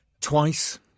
Twice